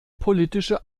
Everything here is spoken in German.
politische